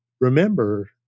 remember